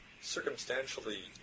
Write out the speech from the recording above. circumstantially